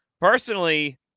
personally